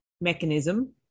mechanism